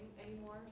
anymore